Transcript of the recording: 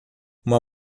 uma